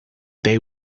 they